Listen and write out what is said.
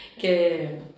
que